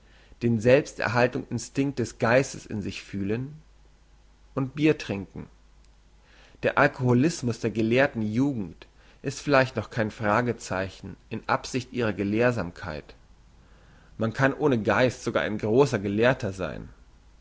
den selbsterhaltungs instinkt des geistes in sich fühlen und bier trinken der alkoholismus der gelehrten jugend ist vielleicht noch kein fragezeichen in absicht ihrer gelehrsamkeit man kann ohne geist sogar ein grosser gelehrter sein